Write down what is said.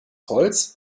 holz